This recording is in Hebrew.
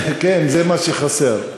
כן, זה מה שחסר.